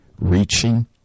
reaching